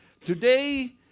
today